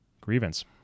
grievance